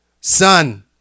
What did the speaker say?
Son